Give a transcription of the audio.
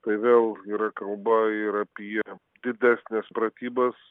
tai vėl yra kalba ir apie didesnes pratybas